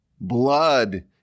blood